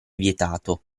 vietato